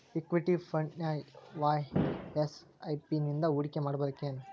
Equity ಫ್ರಂಟ್ನ್ಯಾಗ ವಾಯ SIP ನಿಂದಾ ಹೂಡ್ಕಿಮಾಡ್ಬೆಕೇನು?